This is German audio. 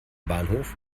bahnhof